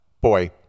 boy